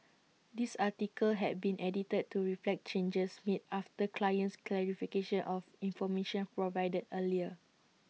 this article had been edited to reflect changes made after client's clarification of information provided earlier